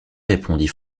répondit